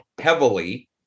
heavily